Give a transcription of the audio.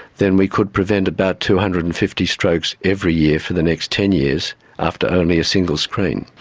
then we could prevent about two hundred and fifty strokes every year for the next ten years after only a single screen.